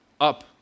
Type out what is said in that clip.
up